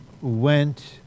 went